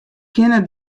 kinne